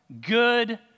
good